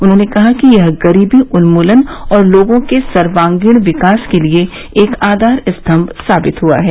उन्होंने कहा कि यह गरीबी उन्मूलन और लोगों के सर्वागीण विकास के लिये एक आधार स्तम्भ साबित हुआ है